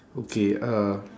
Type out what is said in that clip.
okay uh